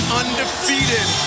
undefeated